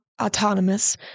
autonomous